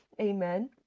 amen